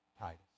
Titus